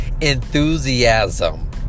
enthusiasm